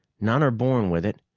none are born with it,